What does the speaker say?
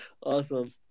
Awesome